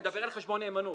מדבר על חשבון נאמנות.